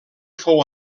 fou